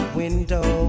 window